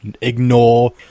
ignore